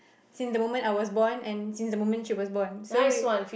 since the moment I was born and since the moment she was born